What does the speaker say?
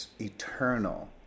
eternal